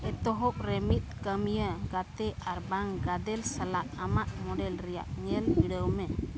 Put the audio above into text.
ᱮᱛᱚᱦᱚᱵᱨᱮ ᱢᱤᱫ ᱠᱟᱹᱢᱤᱭᱟᱹ ᱜᱟᱛᱮ ᱟᱨᱵᱟᱝ ᱜᱟᱫᱮᱞ ᱥᱟᱞᱟᱜ ᱟᱢᱟᱜ ᱢᱳᱰᱮᱞ ᱨᱮᱱᱟᱜ ᱧᱮᱞ ᱵᱷᱤᱲᱟᱹᱣᱢᱮ